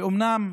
ואומנם,